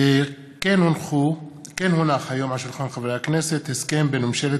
כן הונח היום על שולחן חברי הכנסת הסכם בין ממשלת